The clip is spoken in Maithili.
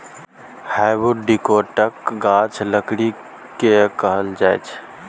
हार्डबुड डिकौटक गाछक लकड़ी केँ कहल जाइ छै